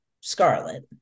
Scarlet